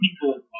people